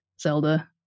Zelda